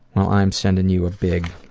well i'm sending you a big,